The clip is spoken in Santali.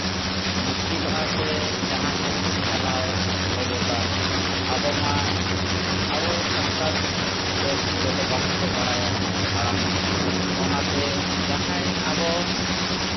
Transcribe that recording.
ᱢᱩᱥᱠᱤᱞᱚᱜᱼᱟ ᱥᱮ ᱡᱟᱦᱟᱸ ᱥᱮᱫ ᱪᱟᱞᱟᱣ ᱚᱵᱚᱛᱟ ᱟᱵᱚ ᱢᱟ ᱟᱵᱚ ᱥᱟᱱᱛᱟᱲ ᱯᱟᱹᱨᱥᱤ ᱡᱚᱛᱚ ᱵᱟᱝᱠᱚ ᱵᱟᱲᱟᱭᱟ ᱟᱲᱟᱝ ᱚᱱᱟᱛᱮ ᱡᱟᱦᱟᱸᱭ ᱟᱵᱚ